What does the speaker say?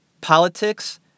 politics